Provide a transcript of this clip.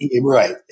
Right